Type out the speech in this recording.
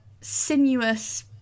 sinuous